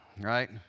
right